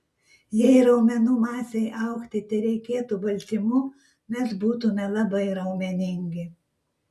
jei raumenų masei augti tereikėtų baltymų mes būtumėme labai raumeningi